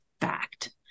fact